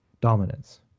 dominance